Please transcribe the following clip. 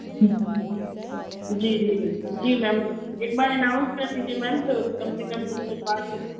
अच्छा जी जी मैम जी मैम एक बार एनाउंस कर दीजिए मैम तो कम से कम जिसके पास है